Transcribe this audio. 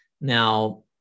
Now